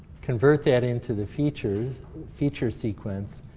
convert that into the feature feature sequence,